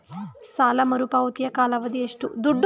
ಸಾಲ ಮರುಪಾವತಿಯ ಕಾಲಾವಧಿ ಎಷ್ಟು?